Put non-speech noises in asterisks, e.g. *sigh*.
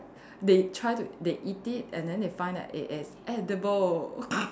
they try to they eat it and then they find that it is edible *noise*